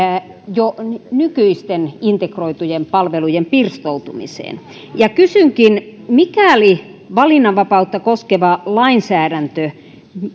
jo nykyisin integroitujen palvelujen pirstoutumiseen kysynkin mikäli valinnanvapautta koskeva lainsäädäntö